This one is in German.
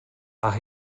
ach